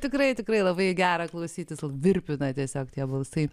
tikrai tikrai labai gera klausytis virpina tiesiog tie balsai